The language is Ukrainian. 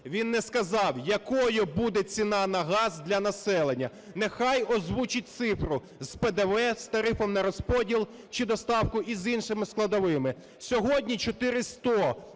він не сказав, якою буде ціна на газ для населення. Нехай озвучить цифру з ПДВ, з тарифом на розподіл чи доставку і з іншими складовими. Сьогодні 4100,